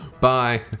Bye